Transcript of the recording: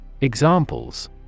Examples